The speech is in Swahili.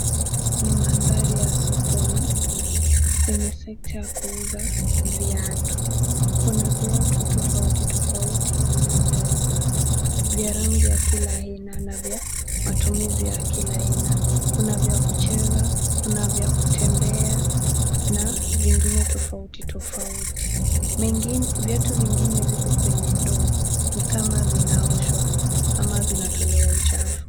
Ni mandhari ya sokoni kwenye sekta ya kuuza viatu, kuna viatu tofauti tofauti vilivyowekwa vya rangi ya kila aina na vya matumizi ya kila aina. Kuna vya kucheza, kuna vya kutembea na vingine tofauti tofauti mengi. viatu vingine viko kwenye ndoo. Ni kama vinaoshwa ama vinatolewa uchafu.